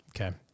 Okay